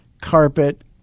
carpet